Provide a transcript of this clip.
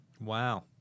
Wow